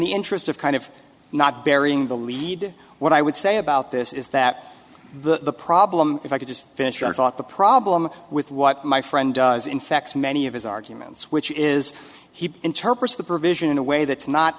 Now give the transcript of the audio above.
the interest of of kind not burying the lead what i would say about this is that the problem if i could just finish your thought the problem with what my friend does infects many of his arguments which is he interprets the provision in a way that's not